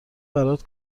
برات